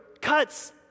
cuts